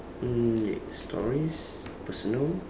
mm next stories personal